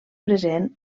present